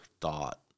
thought